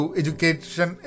education